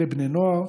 אלה בני נוער